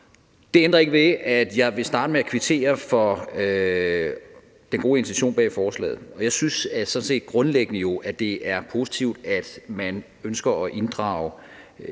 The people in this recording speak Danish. Det ændrer ikke ved, at jeg vil starte med at kvittere for den gode intention bag forslaget. Jeg synes jo sådan set grundlæggende, at det er positivt, at man ønsker at inddrage